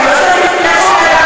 לא ידעתי, לא שמתי לב שנעלמנו אי-פעם.